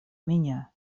меня